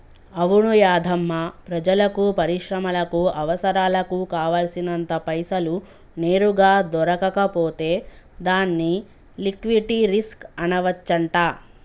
అవును యాధమ్మా ప్రజలకు పరిశ్రమలకు అవసరాలకు కావాల్సినంత పైసలు నేరుగా దొరకకపోతే దాన్ని లిక్విటీ రిస్క్ అనవచ్చంట